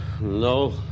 No